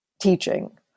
teaching